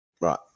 Right